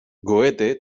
goethe